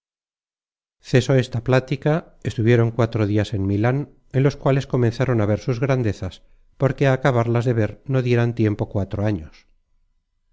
cesó esta plática estuvieron cuatro dias en milan en los cuales comenzaron á ver sus grandezas porque á acabarlas de ver no dieran tiempo cuatro años